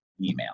email